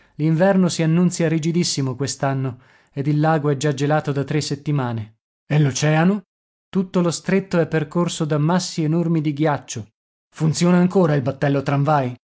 l'inverno si annunzia rigidissimo quest'anno ed il lago è già gelato da tre settimane e l'oceano tutto lo stretto è percorso da massi enormi di ghiaccio funziona ancora il battello tramvai